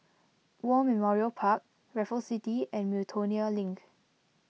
War Memorial Park Raffles City and Miltonia Link